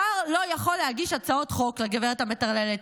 שר לא יכול להגיש הצעות חוק, הגברת המטרללת.